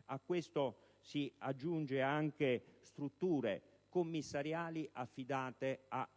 dei diritti e anche strutture commissariali affidate a